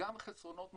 גם חסרונות מובנים,